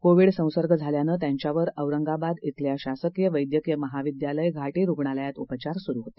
Covid संसर्ग झाल्यानं त्यांच्यावर औरंगाबाद इथल्या शासकीय वद्यक्रीय महाविद्यालय घाटी रुग्णालयात उपचार सुरू होते